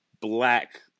black